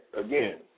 again